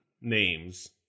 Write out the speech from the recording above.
names